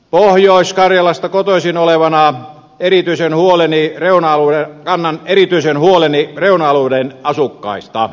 pohjois karjalasta kotoisin olevana kannan erityisen huoleni reuna alueiden asukkaista